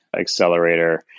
Accelerator